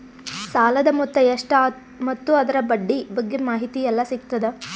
ಸಾಲದ ಮೊತ್ತ ಎಷ್ಟ ಮತ್ತು ಅದರ ಬಡ್ಡಿ ಬಗ್ಗೆ ಮಾಹಿತಿ ಎಲ್ಲ ಸಿಗತದ?